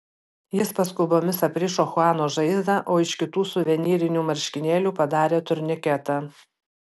jis paskubomis aprišo chuano žaizdą o iš kitų suvenyrinių marškinėlių padarė turniketą